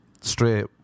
straight